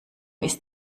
ist